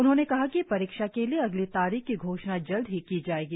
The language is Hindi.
उन्होंने कहा कि परीक्षा के लिए अगली तारीख की घोषणा जल्द ही की जाएगी